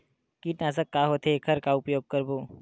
कीटनाशक का होथे एखर का उपयोग करबो?